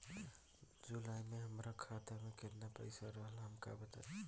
जुलाई में हमरा खाता में केतना पईसा रहल हमका बताई?